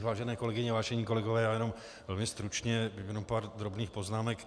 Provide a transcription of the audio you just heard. Vážené kolegyně, vážení kolegové, já jen velmi stručně pár drobných poznámek.